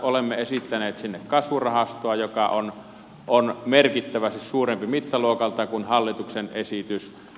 olemme esittäneet kasvurahastoa joka on merkittävästi suurempi mittaluokaltaan kuin hallituksen esitys